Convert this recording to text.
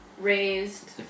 raised